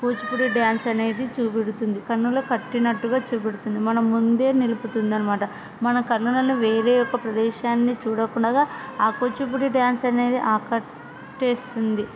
Kuchipudi dance అనేది చూపెడుతుంది కన్నుల కట్టినట్టుగా చూపెడుతుంది మన ముందే నిలుపుతుంది అన్నమాట మన కన్నులను వేరే ఒక ప్రదేశాన్ని చూడకుండగా ఆ కూచిపూడి డ్యాన్స్ అనేది ఆకట్టేస్తుంది